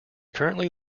currently